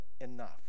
enough